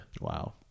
Wow